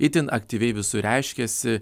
itin aktyviai visur reiškiasi